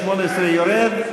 18 יורד.